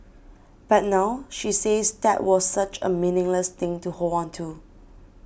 but now she says that was such a meaningless thing to hold on to